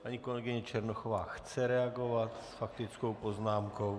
Paní kolegyně Černochová chce reagovat s faktickou poznámkou.